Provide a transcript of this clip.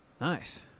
Nice